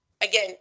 again